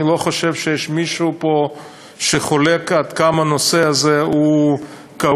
אני לא חושב שיש מישהו פה שחולק עד כמה הנושא הזה הוא כאוב,